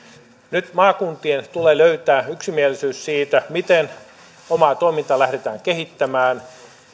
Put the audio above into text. nyt maakuntien tulee löytää yksimielisyys siitä miten omaa toimintaa lähdetään kehittämään